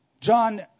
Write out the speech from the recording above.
John